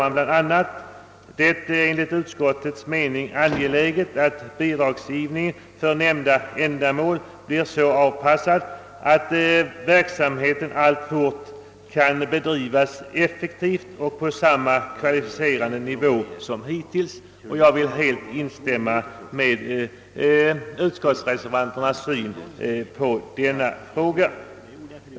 Det heter där: »Det är enligt utskottets mening angeläget att bidragsgivningen för nämnda ändamål blir så avpassad att verksamheten alltfort kan bedrivas effektivt och på samma kvalificerade nivå som hittills.» Jag vill helt instämma med utskottsreservanterna i denna fråga.